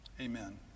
Amen